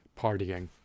partying